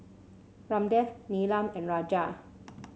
Ramdev Neelam and Raja